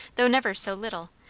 though never so little,